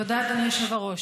תודה, אדוני היושב-ראש.